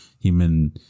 human